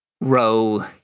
row